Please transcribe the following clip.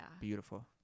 Beautiful